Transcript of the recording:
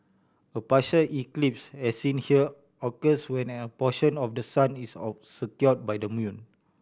a partial eclipse as seen here occurs when a portion of the sun is obscured by the moon